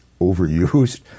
overused